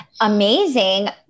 Amazing